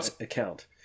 account